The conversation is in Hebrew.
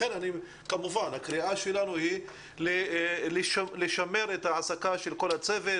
כמובן הקריאה שלנו היא לשמר את ההעסקה של כל הצוות,